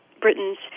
Britain's